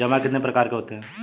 जमा कितने प्रकार के होते हैं?